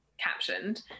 captioned